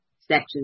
section